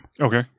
Okay